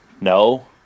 no